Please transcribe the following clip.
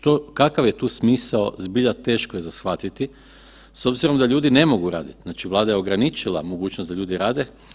Što, kakav je tu smisao, zbilja teško je za shvatiti s obzirom da ljudi ne mogu raditi, znači Vlada je ograničila mogućnost da ljudi rade.